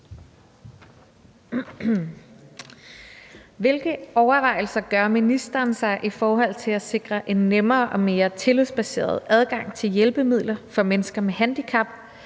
Hvilke overvejelser gør ministeren sig i forhold til at sikre nemmere og mere tillidsbaseret adgang til hjælpemidler for mennesker med handicap